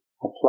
apply